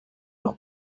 los